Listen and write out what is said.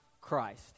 Christ